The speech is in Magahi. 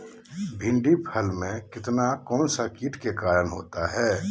भिंडी फल में किया कौन सा किट के कारण होता है?